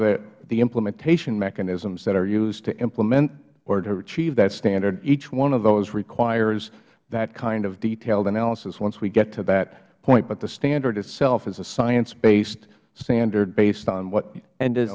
are the implementation mechanisms that are used to implement or to achieve that standard each one of those requires that kind of detailed analysis once we get to that point but the standard itself is a sciencebased standard based on what